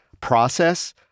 process